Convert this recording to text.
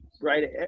right